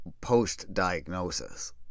post-diagnosis